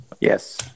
Yes